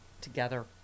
together